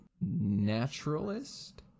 naturalist